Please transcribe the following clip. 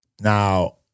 Now